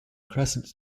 crescent